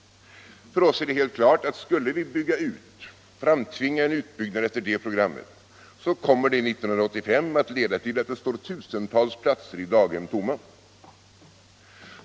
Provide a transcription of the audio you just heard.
För oss är det helt klart att skulle vi framtvinga en utbyggnad efter det programmet kommer tusentals platser i daghem 1985 att stå tomma.